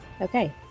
Okay